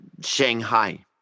Shanghai